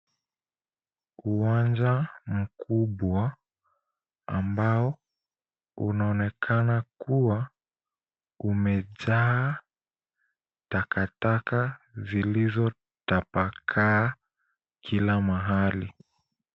Uwanja mkubwa ambao unaonekana kuwa umejaa takataka zilizotapakaa kila mahali.